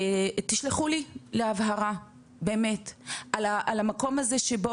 תשלחו לי להבהרה באמת על המקום הזה שבו